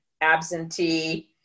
absentee